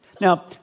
Now